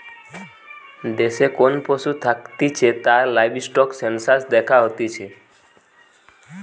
দেশে কোন পশু থাকতিছে তার লাইভস্টক সেনসাস দ্যাখা হতিছে